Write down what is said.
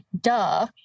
duh